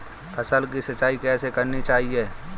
फसल की सिंचाई कैसे करनी चाहिए?